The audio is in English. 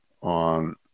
on